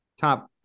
Top